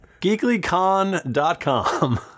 Geeklycon.com